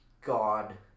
God